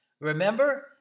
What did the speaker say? Remember